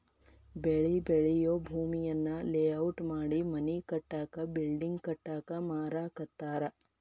ಬೆಳಿ ಬೆಳಿಯೂ ಭೂಮಿಯನ್ನ ಲೇಔಟ್ ಮಾಡಿ ಮನಿ ಕಟ್ಟಾಕ ಬಿಲ್ಡಿಂಗ್ ಕಟ್ಟಾಕ ಮಾರಾಕತ್ತಾರ